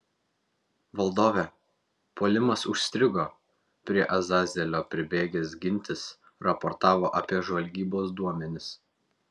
valdove puolimas užstrigo prie azazelio pribėgęs gintis raportavo apie žvalgybos duomenis